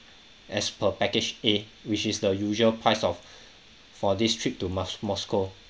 as per package A which is the usual price of for this trip to mas~ moscow